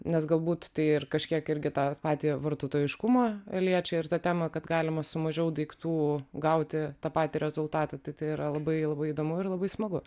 nes galbūt tai ir kažkiek irgi tą patį vartotojiškumą liečia ir tą temą kad galima su mažiau daiktų gauti tą patį rezultatą tai tai yra labai labai įdomu ir labai smagu